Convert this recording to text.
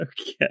Okay